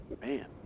Man